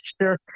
Sure